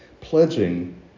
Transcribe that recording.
pledging